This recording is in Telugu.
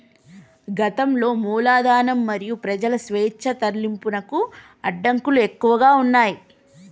గతంలో మూలధనం మరియు ప్రజల స్వేచ్ఛా తరలింపునకు అడ్డంకులు ఎక్కువగా ఉన్నయ్